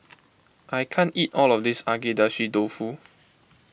I can't eat all of this Agedashi Dofu